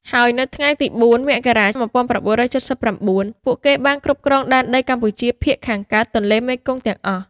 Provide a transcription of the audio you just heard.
ហើយនៅថ្ងៃទី ០៤ មករា ១៩៧៩ ពួកគេបានគ្រប់គ្រងដែនដីកម្ពុជាភាគខាងកើតទន្លេមេគង្គទាំងអស់។